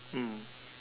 mm